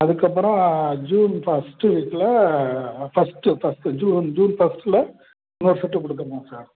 அதுக்கப்பறம் June first வீக்கில் first first June June ஃபஸ்ட்டில் இன்னொரு செட்டு கொடுத்துருவோம் சார்